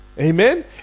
Amen